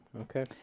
Okay